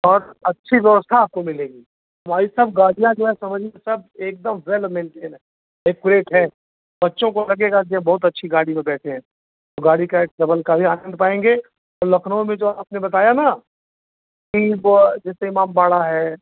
और अच्छी व्यवस्था आपको मिलेंगी भाई साहब गाजिया जो है समझिए सब एकदम वेल मेंटेन है एक्यूरेट है बच्चों को लगेगा कि बहुत अच्छी गाड़ी में बैठे हैं तो गाड़ी का एक डबल का भी आनंद पाएँगे लखनऊ में जो आपने बताया ना कि वह जैसे इमामबाड़ा है